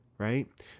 right